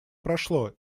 прошло